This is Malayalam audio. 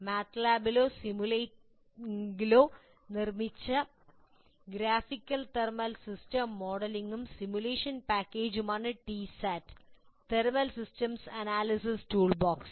മാറ്റ്ലാബിലോ സിമുലിങ്കിലോ നിർമ്മിച്ച ഗ്രാഫിക്കൽ തെർമൽ സിസ്റ്റം മോഡലിംഗും സിമുലേഷൻ പാക്കേജുമാണ് TSAT thermal systems analysis toolbox